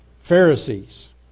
Pharisees